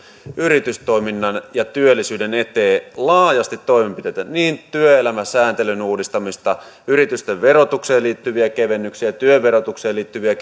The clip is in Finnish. yritystoiminnan ja työllisyyden eteen laajasti toimenpiteitä niin työelämän sääntelyn uudistamista yritysten verotukseen liittyviä kevennyksiä kuin työn verotukseen liittyviä